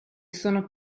sono